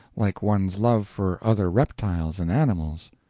like one's love for other reptiles and animals.